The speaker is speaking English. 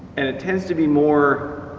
and it tends to be more